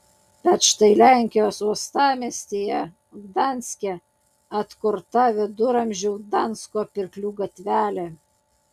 bet štai lenkijos uostamiestyje gdanske atkurta viduramžių gdansko pirklių gatvelė